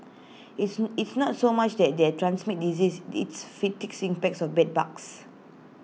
it's it's not so much that they're transmit disease it's impacts of bed bugs